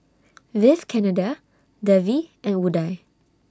Vivekananda Devi and Udai